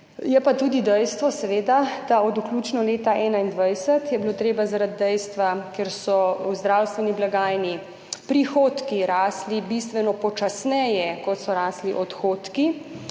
je pa tudi dejstvo, seveda, da je bilo treba od vključno leta 2021 zaradi dejstva, ker so v zdravstveni blagajni prihodki rasli bistveno počasneje, kot so rasli odhodki,